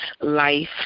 life